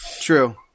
True